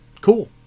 Cool